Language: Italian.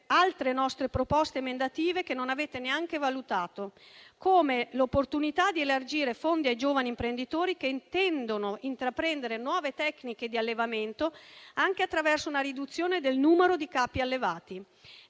altre nostre proposte emendative che non avete neanche valutato, come l'opportunità di elargire fondi ai giovani imprenditori che intendono intraprendere nuove tecniche di allevamento, anche attraverso una riduzione del numero di capi allevati.